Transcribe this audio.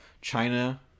China